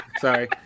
Sorry